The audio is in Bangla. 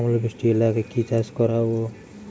অল্প বৃষ্টি এলাকায় কি চাষ করব?